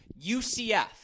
UCF